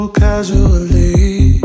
casually